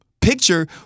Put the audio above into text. picture